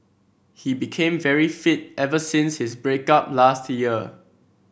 he became very fit ever since his break up last year